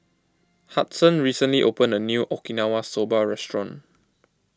Hudson recently opened a New Okinawa Soba Restaurant